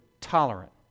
tolerant